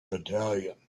battalion